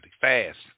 Fast